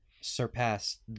surpassed